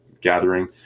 gathering